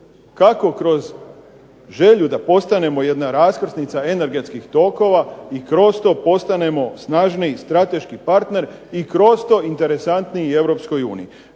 kako kroz želju da postanemo jedna raskrsnica energetskih tokova i kroz to postanemo snažniji strateški partner i kroz to interesantniji Europskoj uniji.